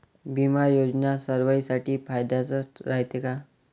बिमा योजना सर्वाईसाठी फायद्याचं रायते का?